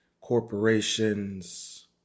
corporations